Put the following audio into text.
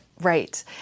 Right